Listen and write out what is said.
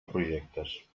projectes